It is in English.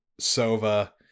sova